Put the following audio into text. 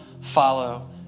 follow